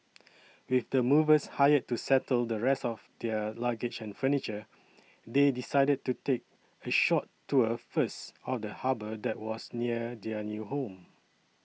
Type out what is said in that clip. with the movers hired to settle the rest of their luggage and furniture they decided to take a short tour first of the harbour that was near their new home